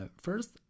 First